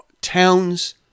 town's